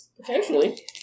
potentially